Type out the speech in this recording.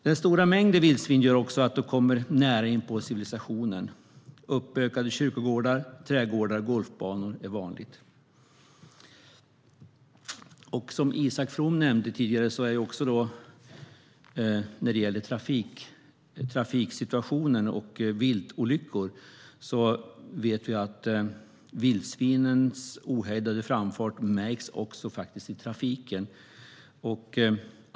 Den stora mängden vildsvin gör också att de kommer nära inpå civilisationen. Uppbökade kyrkogårdar, trädgårdar och golfbanor är vanligt. Isak From nämnde tidigare trafiksituationen och viltolyckor. Vi vet att vildsvinens ohejdade framfart också märks i trafiken.